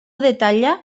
detalla